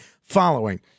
following